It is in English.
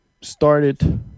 started